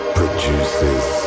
produces